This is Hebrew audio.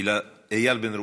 איל בן ראובן,